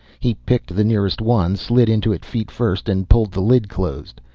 he picked the nearest one, slid into it feet first, and pulled the lid closed.